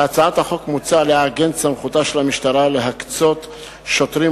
בהצעת החוק מוצע לעגן את סמכותה של המשטרה להקצות שוטרים